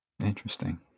Interesting